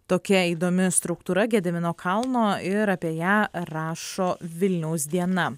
tokia įdomi struktūra gedimino kalno ir apie ją rašo vilniaus diena